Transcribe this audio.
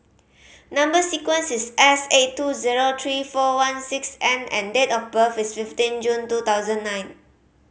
number sequence is S eight two zero three four one six N and date of birth is fifteen June two thousand nine